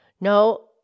No